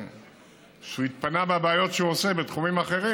כשהוא התפנה מהבעיות שהוא עושה בתחומים אחרים,